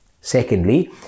Secondly